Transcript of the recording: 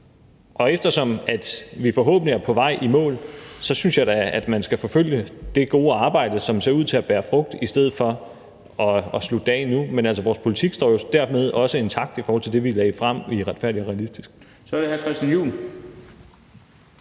Og eftersom vi forhåbentlig er på vej i mål, synes jeg da, man skal forfølge det gode arbejde, som ser ud til at bære frugt, i stedet for at slutte det af nu. Men vores politik står jo dermed også intakt i forhold til det, vi lagde frem i »Retfærdig og realistisk«. Kl. 10:33 Den fg.